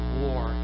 war